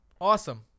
awesome